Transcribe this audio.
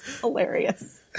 hilarious